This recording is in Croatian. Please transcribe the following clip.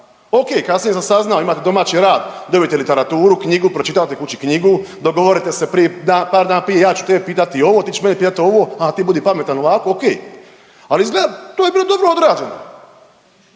O.k. kasnije sam saznao imate domaći rad, dobite literaturu, knjigu, pročitate kući knjigu, dogovorite se prije, par dana prije ja ću tebe pitati ovo, ti ćeš mene pitati ovo, a ti budi pametan ovako. O.k. Ali izgleda to je bilo dobro odrađeno,